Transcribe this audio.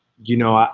you know,